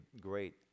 great